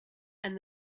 and